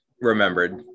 remembered